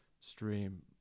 stream